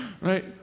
right